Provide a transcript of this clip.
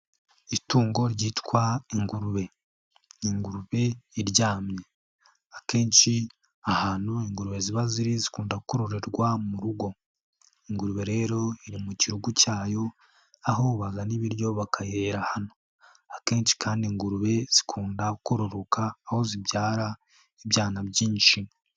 Itungo ryitwa ingurube. Ingurube iryamye. Akenshi ahantu ingurube ziba ziri zikunda kororerwa mu rugo. Ingurube rero iri mu kirugu cyayo aho bazana ibiryo bakayihera hano. Akenshi kandi ingurube zikunda kororoka aho zibyara ibyana byinshi.